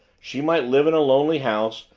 she might live in a lonely house,